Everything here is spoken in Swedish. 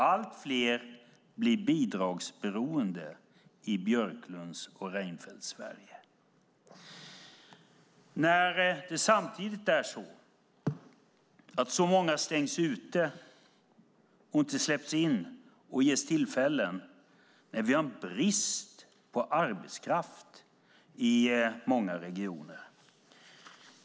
Allt fler blir bidragsberoende i Björklunds och Reinfeldts Sverige - när samtidigt så många stängs ute och inte släpps in eller ges tillfällen, och när vi har en brist på arbetskraft i många regioner.